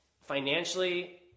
financially